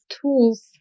tools